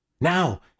Now